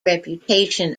reputation